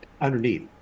underneath